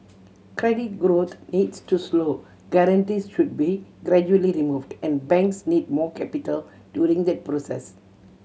credit growth needs to slow guarantees should be gradually removed and banks need more capital during that process